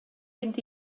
fynd